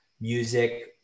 music